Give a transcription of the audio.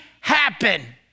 happen